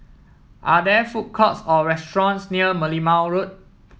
are there food courts or restaurants near Merlimau Road